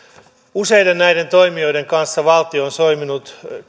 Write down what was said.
useiden näiden toimijoiden kanssa valtio on solminut